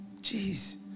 Jeez